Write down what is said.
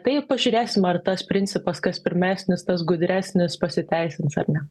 tai pažiūrėsim ar tas principas kas pirmesnis tas gudresnis pasiteisins ar ne